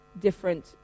different